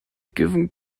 given